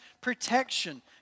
protection